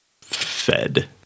fed